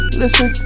listen